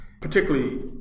particularly